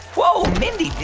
whoa, mindy,